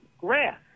grass